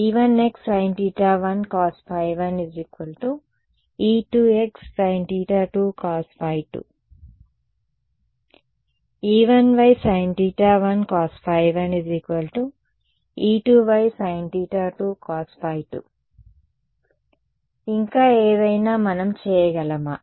e1xsin θ1cos ϕ1 e2xsin θ2cos ϕ2 e1ysin θ1cos ϕ1 e2ysin θ2cos ϕ2 ఇంకా ఏదైనా మనం చేయగలమా